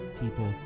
people